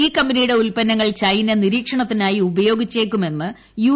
ഈ കമ്പനിയുടെ ഉല്പന്നങ്ങൾ ചൈന നിരീക്ഷണത്തിനായി ഉപയോഗിച്ചേക്കുമെന്ന് യു